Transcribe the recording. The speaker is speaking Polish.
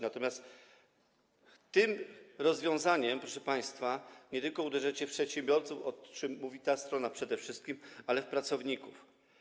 Natomiast tym rozwiązaniem, proszę państwa, uderzycie nie tylko w przedsiębiorców, o czym mówi ta strona przede wszystkim, ale także w pracowników.